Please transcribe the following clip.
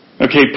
Okay